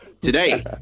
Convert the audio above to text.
Today